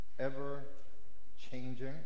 ever-changing